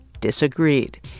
disagreed